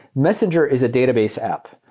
messenger is a database app.